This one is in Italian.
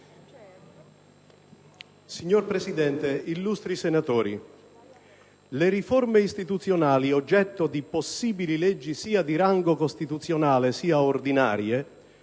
Signor Presidente, illustri senatori, le riforme istituzionali oggetto di possibili leggi sia di rango costituzionale sia ordinario